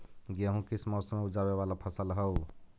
गेहूं किस मौसम में ऊपजावे वाला फसल हउ?